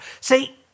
See